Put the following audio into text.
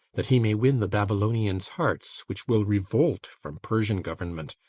that he may win the babylonians' hearts, which will revolt from persian government,